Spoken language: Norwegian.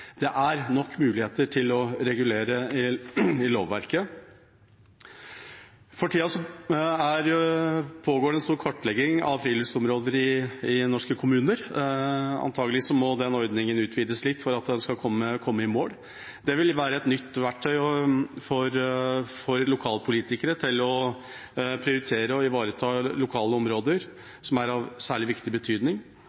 Det er nok muligheter i lovverket til å regulere. For tida pågår det en stor kartlegging av friluftsområder i norske kommuner. Antakelig må den ordningen utvides litt for at en skal komme i mål. Det vil være et nytt verktøy for lokalpolitikere for å prioritere og ivareta lokale områder